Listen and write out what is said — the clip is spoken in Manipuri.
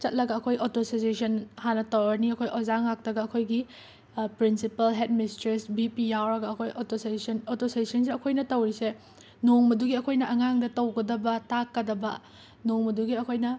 ꯆꯠꯂꯒ ꯑꯩꯈꯣꯏ ꯑꯣꯇꯣ ꯁꯖꯦꯁꯟ ꯍꯥꯟꯅ ꯇꯧꯔꯅꯤ ꯑꯩꯈꯣꯏ ꯑꯣꯖꯥ ꯉꯥꯛꯇꯒ ꯑꯩꯈꯣꯏꯒꯤ ꯄ꯭ꯔꯤꯟꯁꯤꯄꯜ ꯍꯦꯠ ꯃꯤꯁꯇ꯭ꯔꯦꯁ ꯕꯤ ꯄꯤ ꯌꯥꯎꯔꯒ ꯑꯩꯈꯣꯏ ꯑꯣꯇꯣ ꯁꯖꯦꯁꯟ ꯑꯣꯇꯣ ꯁꯖꯦꯁꯟꯁꯤꯗ ꯑꯩꯈꯣꯏꯅ ꯇꯧꯔꯤꯁꯦ ꯅꯣꯡꯃꯗꯨꯒꯤ ꯑꯩꯈꯣꯏꯅ ꯑꯉꯥꯡꯗ ꯇꯧꯒꯗꯕ ꯇꯥꯛꯀꯗꯕ ꯅꯣꯡꯃꯗꯨꯒꯤ ꯑꯩꯈꯣꯏꯅ